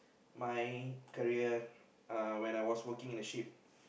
my career uh when I was working in a ship